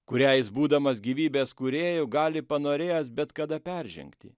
kurią jis būdamas gyvybės kūrėju gali panorėjęs bet kada peržengti